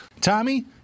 Tommy